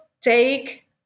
take